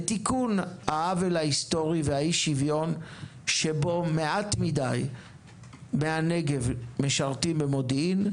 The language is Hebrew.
ותיקון העוול ההיסטורי והאי-שוויון שבו מעט מדי מהנגב משרתים במודיעין,